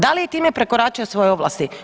Da li je time prekoračio svoje ovlasti?